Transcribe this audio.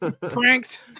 Pranked